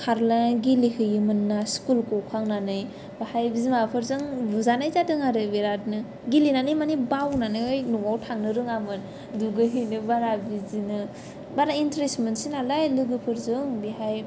खारना गेलेहैयोमोन ना स्कुल गखांनानै बाहाय बिमाफोरजों बुजानाय जादों आरो बिरादनो गेलेनानै माने बावनानै न'आव थांनो रोङामोन दुगैहैनो बारा बिदिनो बारा इन्ट्रेस मोनसैनालाय लोगोफोरजों बेहाय